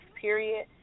Period